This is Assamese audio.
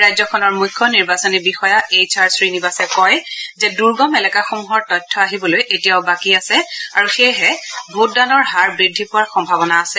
ৰাজ্যখনৰ মুখ্য নিৰ্বাচনী বিষয়া এইছ আৰ শ্ৰীনিবাসে কৈছে যে দুৰ্গম এলেকাসমূহৰ তথ্য আহিবলৈ এতিয়াও বাকী আছে আৰু সেয়েহে ভোটদানৰ হাৰ বৃদ্ধি পোৱাৰ সম্ভাৱনা আছে